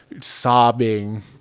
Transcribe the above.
sobbing